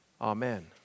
Amen